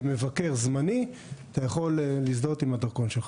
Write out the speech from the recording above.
כמבקר זמני, אתה יכול להזדהות עם הדרכון שלך.